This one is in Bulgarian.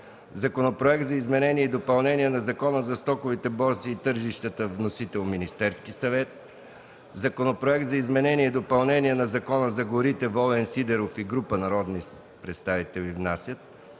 Законопроект за изменение и допълнение на Закона за стоковите борси и тържищата е с вносител – Министерският съвет; Законопроект за изменение и допълнение на Закона за горите внасят Волен Сидеров и група народни представители;